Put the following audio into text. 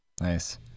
Nice